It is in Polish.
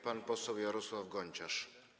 Pan poseł Jarosław Gonciarz.